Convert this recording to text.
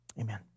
Amen